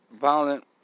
violent